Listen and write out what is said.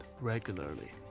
regularly